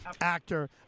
actor